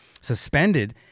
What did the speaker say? suspended